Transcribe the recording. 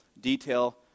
detail